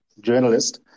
journalist